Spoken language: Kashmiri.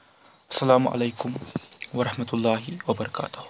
اَسلام علیکُم ورحمتہ اللہ وبرکاتہ